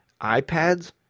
iPads